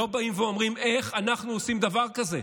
לא באים ואומרים: איך אנחנו עושים דבר כזה,